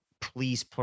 please